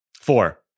Four